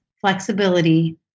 flexibility